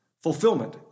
fulfillment